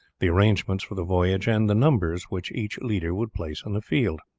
the arrangements for the voyage, and the numbers which each leader would place in the field.